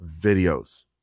videos